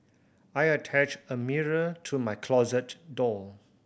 I attached a mirror to my closet door